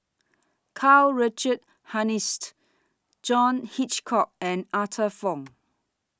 Karl Richard Hanitsch John Hitchcock and Arthur Fong